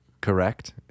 correct